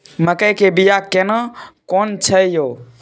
मकई के बिया केना कोन छै यो?